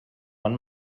bon